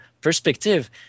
perspective